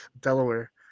Delaware